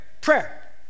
Prayer